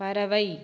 பறவை